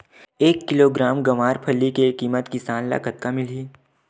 एक किलोग्राम गवारफली के किमत किसान ल कतका मिलही?